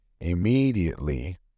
Immediately